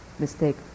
mistake